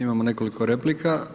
Imamo nekoliko replika.